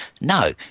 No